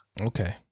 Okay